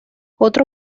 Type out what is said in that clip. otro